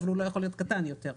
אבל הוא לא יכול להיות קטן יותר.